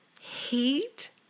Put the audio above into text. hate